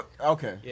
Okay